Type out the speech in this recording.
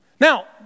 Now